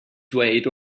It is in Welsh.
dweud